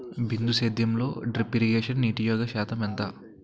బిందు సేద్యంలో drip irrigation నీటివినియోగ శాతం ఎంత?